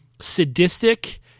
sadistic